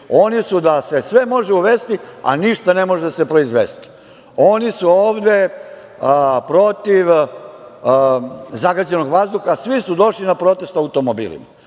Oni su da se sve može uvesti, a ništa ne može da se proizvesti. Oni su ovde protiv zagađenog vazduha, svi su došli na protest automobila.